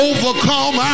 Overcome